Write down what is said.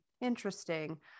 interesting